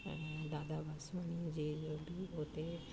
ऐं दादा वासवानीअ जे अॼु बि हुते